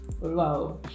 Wow